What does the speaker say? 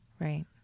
Right